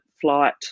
flight